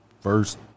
first